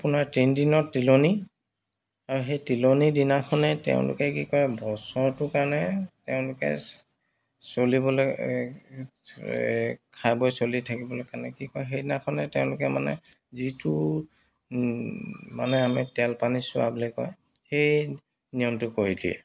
আপোনাৰ তিনিদিনত তিলনি আৰু সেই তিলনি দিনাখনেই তেওঁলোকে কি কৰে বছৰটো কাৰণে তেওঁলোকে চলিবলৈ খাই বৈ চলি থাকিবলৈ কাৰণে কি কৰে সেইদিনাখনেই তেওঁলোকে মানে যিটো মানে আমি তেল পানী চোৱা বুলি কয় সেই নিয়মটো কৰি দিয়ে